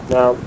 Now